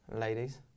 Ladies